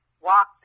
walked